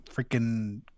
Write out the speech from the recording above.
freaking